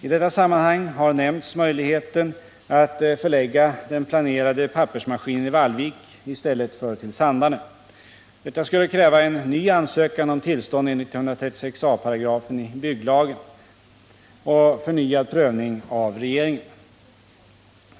I detta sammanhang har nämnts möjligheten att förlägga den planerade pappersmaskinen till Vallvik i stället för till Sandarne. Detta skulle kräva en ny ansökan om tillstånd enligt 136 a § i bygglagen och förnyad prövning av regeringen.